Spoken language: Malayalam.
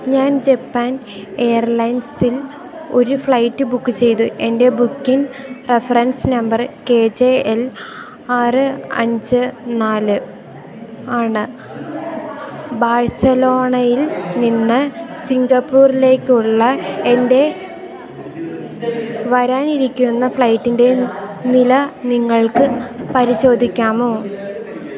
ഞാൻ ജപ്പാൻ എയർലൈൻസിൽ ഒരു ഫ്ലൈറ്റ് ബുക്ക് ചെയ്തു എന്റെ booking reference number K J L ആറ് അഞ്ച് നാല് ആണ് ബാഴ്സലോണയിൽ നിന്ന് സിംഗപ്പൂരിലേക്കുള്ള എന്റെ വരാനിരിക്കുന്ന ഫ്ലൈറ്റിന്റെ നില നിങ്ങൾക്കു പരിശോധിക്കാമോ